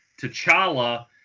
T'Challa